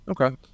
Okay